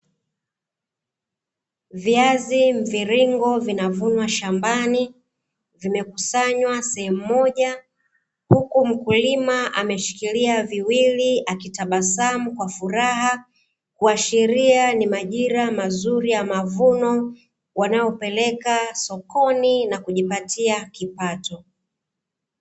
Viazi mviringo vinavunwa shambani vimekusanywa sehemu moja, huku mkulima ameshikilia viwili akitabasamu kwa furaha, kuashiria ni majira mazuri ya mavuno, wanayopeleka sokoni na kujipatia kipato.